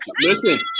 Listen